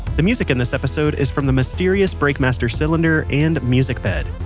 the music in this episode is from the mysterious breakmaster cylinder and music bed.